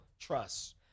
Trust